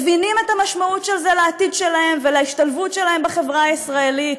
מבינים את המשמעות של זה לעתיד שלהם ולהשתלבות שלהם בחברה הישראלית,